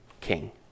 king